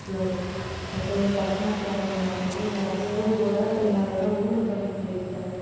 so கொஞ்சம் personal ப்ராப்ளம்னால வந்து நான் ஸ்கூல் போகல என்னை அதோடு ஊருக்கு அனுப்பிச்சி வச்சுட்டாங்க